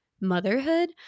motherhood